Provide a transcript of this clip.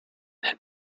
had